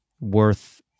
worth